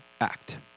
act